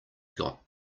got